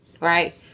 Right